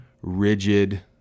Rigid